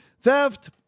theft